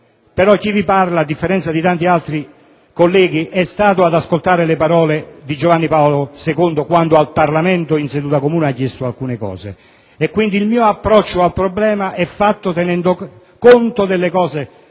Chi vi parla, a differenza di tanti altri colleghi, è stato ad ascoltare le parole di Giovanni Paolo II quando al Parlamento in seduta comune ha chiesto alcune cose. Quindi, il mio approccio al problema è fatto tenendo conto di ciò